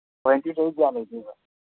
warranty ꯆꯍꯤ ꯀꯌꯥ ꯂꯩꯗꯣꯏꯕ